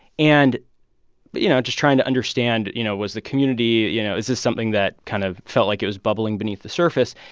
and but you know, just trying to understand, you know, was the community you know, is this something that kind of felt like it was bubbling beneath the surface?